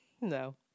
No